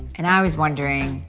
and i was wondering.